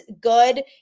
good